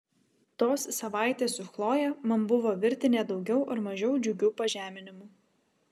tos savaitės su chloje man buvo virtinė daugiau ar mažiau džiugių pažeminimų